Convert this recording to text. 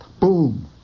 boom